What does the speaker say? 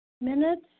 minutes